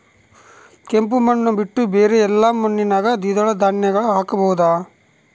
ಕೆಂಪು ಮಣ್ಣು ಬಿಟ್ಟು ಬೇರೆ ಎಲ್ಲಾ ಮಣ್ಣಿನಾಗ ದ್ವಿದಳ ಧಾನ್ಯಗಳನ್ನ ಹಾಕಬಹುದಾ?